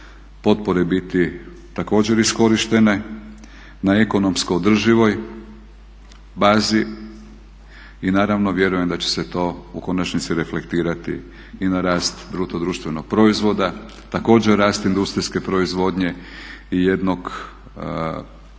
potpore biti također iskorištene na ekonomski održivoj bazi i naravno vjerujem da će se to u konačnici reflektirati i na rast brutodruštvenog proizvoda, također rast industrijske proizvodnje i jednog